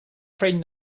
afraid